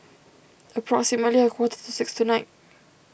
approximately a quarter to six tonight